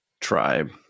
tribe